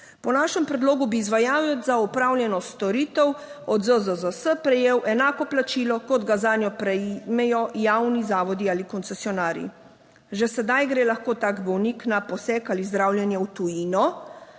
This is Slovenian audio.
Po našem predlogu bi izvajalec za opravljeno storitev od ZZZS prejel enako plačilo kot ga zanjo prejmejo javni zavodi ali koncesionarji. Že sedaj gre lahko tak bolnik na poseg ali zdravljenje v tujino,